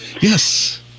Yes